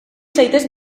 zaitez